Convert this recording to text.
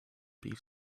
beef